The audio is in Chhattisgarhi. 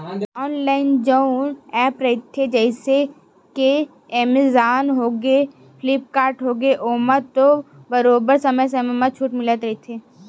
ऑनलाइन जउन एप रहिथे जइसे के एमेजॉन होगे, फ्लिपकार्ट होगे ओमा तो बरोबर समे समे म छूट मिलते रहिथे